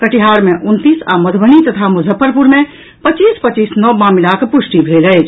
कटिहार मे उनतीस आ मधुबनी तथा मुजफ्फरपुर मे पच्चीस पच्चीस नव मामिलाक पुष्टि भेल अछि